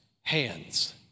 hands